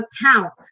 account